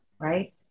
right